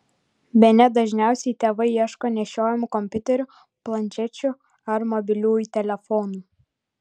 bene dažniausiai tėvai ieško nešiojamų kompiuterių planšečių ar mobiliųjų telefonų